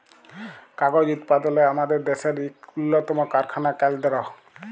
কাগজ উৎপাদলে আমাদের দ্যাশের ইক উল্লতম কারখালা কেলদ্র